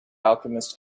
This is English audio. alchemist